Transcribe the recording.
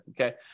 okay